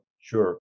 Sure